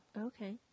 Okay